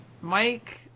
Mike